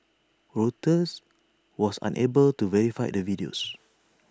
Reuters was unable to verify the videos